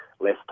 less